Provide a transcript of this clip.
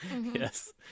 yes